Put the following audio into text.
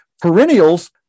perennials